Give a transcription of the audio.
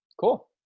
Cool